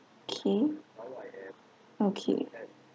okay okay